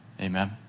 Amen